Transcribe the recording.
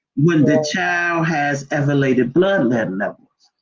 when the child has elevated blood lead levels.